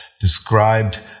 described